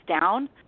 down